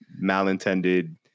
malintended